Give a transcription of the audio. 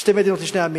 שתי מדינות לשני עמים.